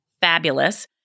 fabulous